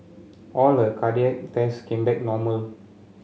all her cardiac tests came back normal